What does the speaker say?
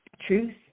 truth